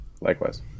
Likewise